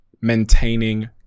maintaining